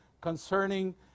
concerning